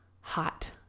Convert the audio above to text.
hot